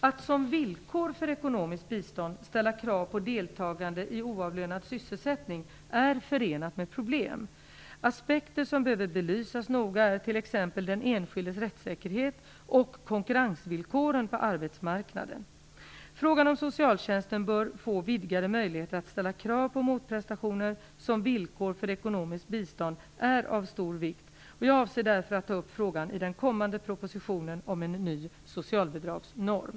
Att som villkor för ekonomiskt bistånd ställa krav på deltagande i oavlönad sysselsättning är förenat med problem. Aspekter som behöver belysas noga är t.ex. den enskildes rättssäkerhet och konkurrensvillkoren på arbetsmarknaden. Frågan om socialtjänsten bör få vidgade möjligheter att ställa krav på motprestationer som villkor för ekonomiskt bistånd är av stor vikt, och jag avser därför att ta upp frågan i den kommande propositionen om en ny socialbidragsnorm.